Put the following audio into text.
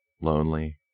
lonely